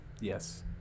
yes